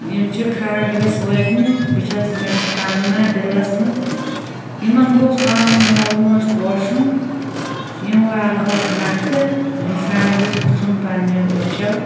یم چھِ خانٛدرس وٲتمٕتۍ بہٕ چھَس مےٚ چھُ تمنا دِلَس مَنٛز یمن گوٚژھ پَنُن مول موج پوشُن یم والہوکھ نَکھہٕ انسان گوٚژھ وُچھُن پَننیٛو أچھیٚو